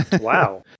Wow